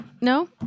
No